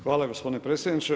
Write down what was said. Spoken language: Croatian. Hvala gospodine predsjedniče.